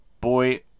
boy